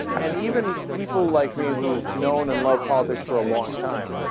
and even people like me who known in love politics for a long time